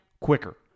quicker